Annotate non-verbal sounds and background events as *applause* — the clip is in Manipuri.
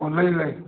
*unintelligible* ꯂꯩ